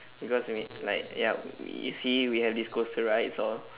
because you need like ya we see we have these coaster rides all